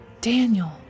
Daniel